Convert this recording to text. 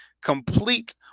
complete